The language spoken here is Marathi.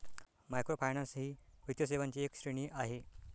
मायक्रोफायनान्स ही वित्तीय सेवांची एक श्रेणी आहे